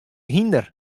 hynder